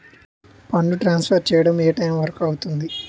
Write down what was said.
Fund transfer చేయడం ఏ time వరుకు అవుతుంది?